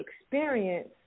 experience